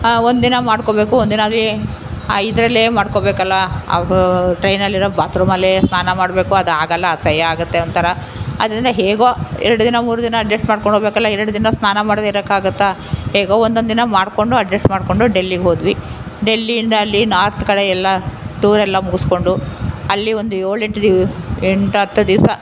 ಹಾಂ ಒಂದಿನ ಮಾಡ್ಕೊಳ್ಬೇಕು ಒಂದಿನ ಅಲ್ಲಿ ಇದರಲ್ಲೇ ಮಾಡ್ಕೊಳ್ಬೇಕಲ್ವ ಅವು ಟ್ರೈನಲ್ಲಿರೋ ಬಾತ್ರೂಮಲ್ಲೇ ಸ್ನಾನ ಮಾಡಬೇಕು ಅದಾಗಲ್ಲ ಅಸಹ್ಯ ಆಗುತ್ತೆ ಒಂಥರಾ ಅದರಿಂದ ಹೇಗೊ ಎರಡು ದಿನ ಮೂರು ದಿನ ಅಡ್ಜಸ್ಟ್ ಮಾಡ್ಕೊಂಡು ಹೋಗಬೇಕಲ್ಲ ಎರಡು ದಿನ ಸ್ನಾನ ಮಾಡದೆ ಇರೋಕೆ ಆಗುತ್ತ ಹೇಗೊ ಒಂದೊಂದಿನ ಮಾಡಿಕೊಂಡು ಅಡ್ಜಸ್ಟ್ ಮಾಡಿಕೊಂಡು ಡೆಲ್ಲಿಗೆ ಹೋದ್ವಿ ಡೆಲ್ಲಿಯಿಂದ ಅಲ್ಲಿ ನಾರ್ತ್ ಕಡೆ ಎಲ್ಲ ಟೂರೆಲ್ಲ ಮುಗಿಸಿಕೊಂಡು ಅಲ್ಲಿ ಒಂದು ಏಳೆಂಟು ದಿ ಎಂಟು ಹತ್ತು ದಿವಸ